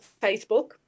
Facebook